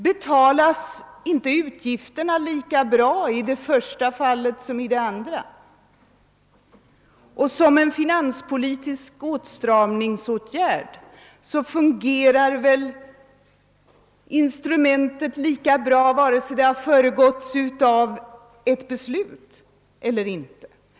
Betalas inte utgifterna lika bra i det första fallet som i det andra? Och som en finanspolitisk åtstramningsåtgärd fungerar väl instrumentet lika bra vare sig det föregåtts av ett beslut eller inte.